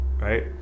Right